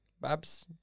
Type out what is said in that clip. Babs